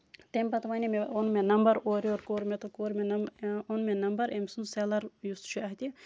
تَمہِ پَتہٕ وَنے مےٚ اوٚن مےٚ نَمبر اورٕ یور کوٚر مےٚ تہٕ کوٚر مےٚ نَمبر اوٚن مےٚ نَمبر أمۍ سُند سیلَر یُس چھُ اَتہِ